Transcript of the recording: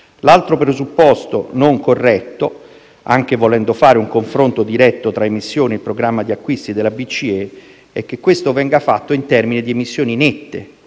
L'altro presupposto non corretto, anche volendo fare un confronto diretto tra emissioni e programma di acquisti della BCE, è che questo venga fatto in termini di emissioni nette,